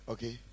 Okay